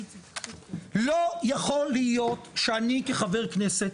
לא יכול להיות שאני כחבר כנסת,